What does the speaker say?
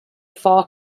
four